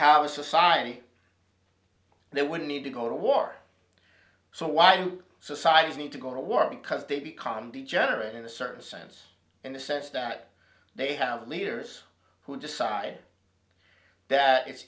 have a society they would need to go to war so why do societies need to go to war because they become degenerate in a certain sense in the sense that they have leaders who decide that it's